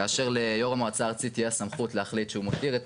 כאשר ליו"ר המועצה הארצית תהיה הסמכות להחליט שהוא מותיר את